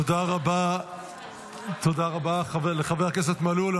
תודה רבה לחבר הכנסת מלול.